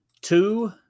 Two